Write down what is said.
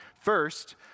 First